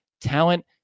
talent